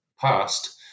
past